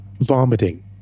Vomiting